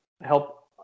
help